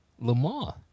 Lamar